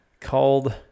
called